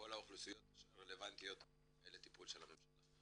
לכל האוכלוסיות שרלבנטיות לטפול הממשלה.